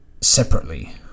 separately